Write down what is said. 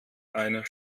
eine